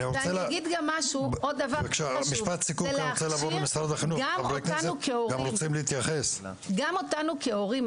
ולהכשיר גם אותנו כהורים,